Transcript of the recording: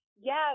yes